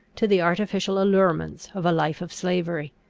to the artificial allurements of a life of slavery.